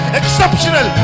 exceptional